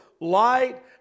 light